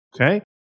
Okay